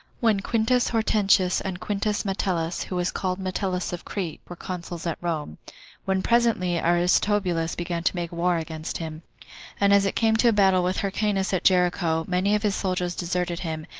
when quintus hortensius and quintus metellus, who was called metellus of crete, were consuls at rome when presently aristobulus began to make war against him and as it came to a battle with hyrcanus at jericho, many of his soldiers deserted him,